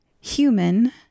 human